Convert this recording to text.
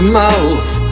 mouth